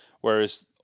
Whereas